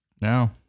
no